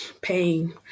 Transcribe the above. pain